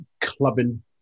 clubbing